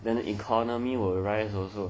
then the economy will rise also